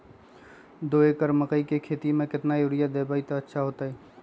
दो एकड़ मकई के खेती म केतना यूरिया देब त अच्छा होतई?